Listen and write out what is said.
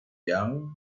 yonge